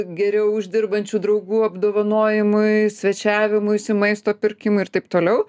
geriau uždirbančių draugų apdovanojimui svečiavimuisi maisto pirkimui ir taip toliau